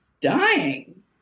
dying